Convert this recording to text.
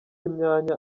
imyanya